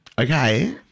Okay